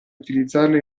utilizzarlo